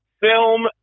film